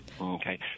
Okay